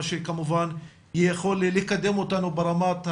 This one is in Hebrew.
מה שכמובן יכול לקדם אותנו ברמת התכנון,